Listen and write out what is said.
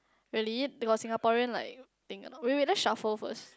really they got Singaporean like thing or not wait wait let shuffle first